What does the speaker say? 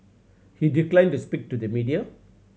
he declined to speak to the media